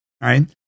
right